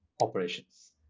operations